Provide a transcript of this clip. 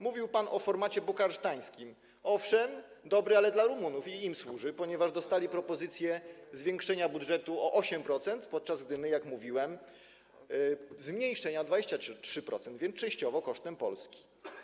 Mówił pan o formacie bukareszteńskim - owszem, jest to dobre, ale dla Rumunów, i im służy, ponieważ dostali propozycję zwiększenia budżetu o 8%, podczas gdy my, jak mówiłem, zmniejszenia o 23%, a więc częściowo jest to kosztem Polski.